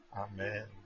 Amen